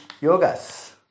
yogas